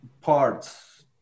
parts